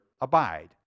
abide